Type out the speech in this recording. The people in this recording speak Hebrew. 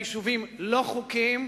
ובין יישובים לא חוקיים,